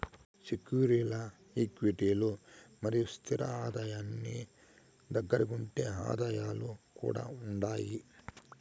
సెక్యూరీల్ల క్విటీలు మరియు స్తిర ఆదాయానికి దగ్గరగుండే ఆదాయాలు కూడా ఉండాయి